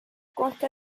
consta